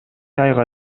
айга